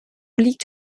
liegt